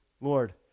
Lord